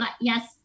yes